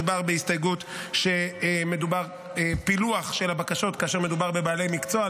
מדובר בהסתייגות על פילוח של הבקשות כאשר מדובר בבעלי מקצוע,